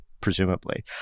presumably